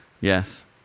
Yes